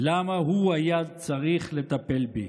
למה הוא היה צריך לטפל בי?"